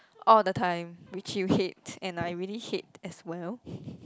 all the time which you hate and I really hate as well